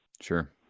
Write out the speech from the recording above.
sure